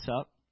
up